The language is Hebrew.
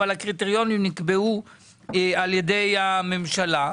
אבל הקריטריונים נקבעו על ידי הממשלה.